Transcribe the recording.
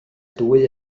dwy